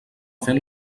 fent